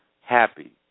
happy